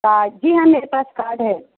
card جی ہاں میرے پاس کاڈ ہے